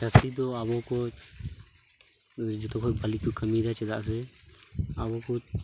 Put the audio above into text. ᱡᱟᱹᱥᱛᱤᱫᱚ ᱟᱵᱚᱠᱚ ᱡᱚᱛᱚᱠᱷᱚᱱ ᱵᱷᱟᱹᱞᱤᱠᱚ ᱠᱟᱹᱢᱤᱭᱮᱫᱟ ᱪᱮᱫᱟᱜ ᱥᱮ ᱟᱵᱚᱠᱚ